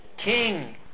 king